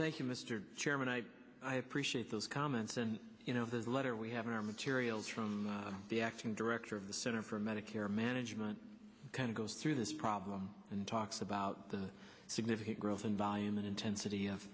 thank you mr chairman i appreciate those comments and you know there's a letter we have in our materials from the acting director of the center for medicare management kind of goes through this problem and talks about the significant growth in volume and intensity of